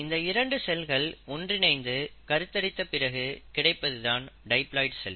இந்த இரண்டு செல்கள் ஒன்றிணைந்து கருத்தரித்த பிறகு கிடைப்பதுதான் டைப்லாய்டு செல்